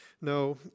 No